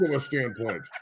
standpoint